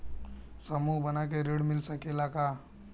समूह बना के ऋण मिल सकेला का?